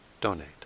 donate